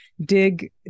dig